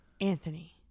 Anthony